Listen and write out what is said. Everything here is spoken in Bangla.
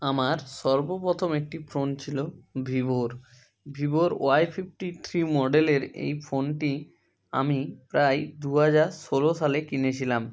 আমার সর্বপ্রথম একটা ফোন ছিলো ভিভোর ভিভোর ওয়াই ফিফটি থ্রি মডেলের এই ফোনটি আমি প্রায় দু হাজার ষোলো সালে কিনেছিলাম